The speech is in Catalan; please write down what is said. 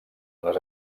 les